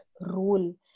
role